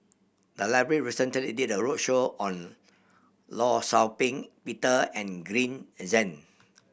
the library recently did a roadshow on Law Shau Ping Peter and Green Zeng